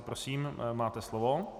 Prosím, máte slovo.